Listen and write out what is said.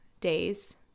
days